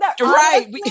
Right